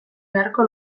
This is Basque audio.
beharko